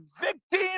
victim